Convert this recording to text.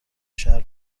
شهر